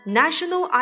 national